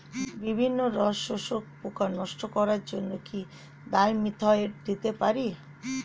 বিভিন্ন রস শোষক পোকা নষ্ট করার জন্য কি ডাইমিথোয়েট দিতে পারি?